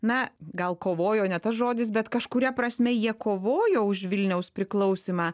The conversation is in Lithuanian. na gal kovojo ne tas žodis bet kažkuria prasme jie kovojo už vilniaus priklausymą